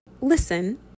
listen